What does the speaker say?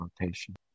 rotation